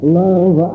love